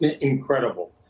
incredible